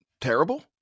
terrible